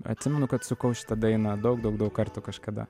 atsimenu kad sukau šitą dainą daug daug daug kartų kažkada